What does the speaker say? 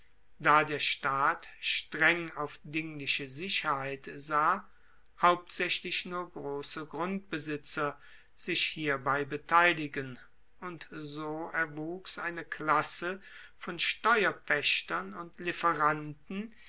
da der staat streng auf dingliche sicherheit sah hauptsaechlich nur grosse grundbesitzer sich hierbei beteiligen und so erwuchs eine klasse von steuerpaechtern und lieferanten